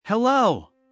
Hello